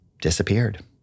disappeared